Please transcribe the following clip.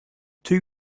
two